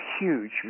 huge